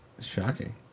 Shocking